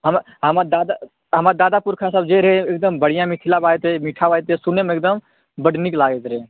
हमर दादा हमर दादा पुरषा जे रहै एकदम बढ़िआँ मिथिला बाजैत रहै मीठा बाजति रहै सुनैमे एकदम बड़ नीक लगैत रहै